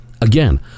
again